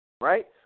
right